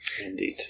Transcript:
Indeed